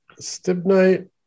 Stibnite